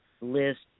list